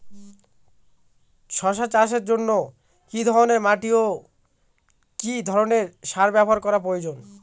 শশা চাষের জন্য কি ধরণের মাটি ও কি ধরণের সার ব্যাবহার করা প্রয়োজন?